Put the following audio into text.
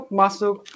masuk